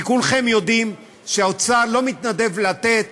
כי כולכם יודעים שהאוצר לא מתנדב לתת